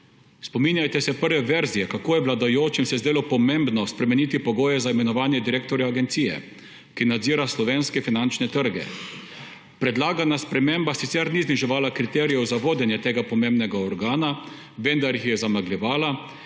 Spominjajte se prve verzije, kako je vladajočim se zdelo pomembno spremeniti pogoje za imenovanje direktorja agencije, ki nadzira slovenske finančne trge. Predlagana sprememba sicer ni zniževala kriterijev za vodenje tega pomembnega organa, vendar jih je zamegljevala